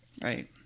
Right